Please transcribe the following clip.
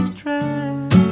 dress